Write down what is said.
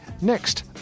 next